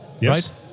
Yes